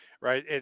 Right